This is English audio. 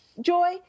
joy